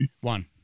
One